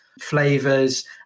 flavors